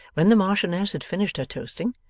when the marchioness had finished her toasting,